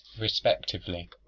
respectively